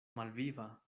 malviva